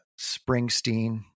Springsteen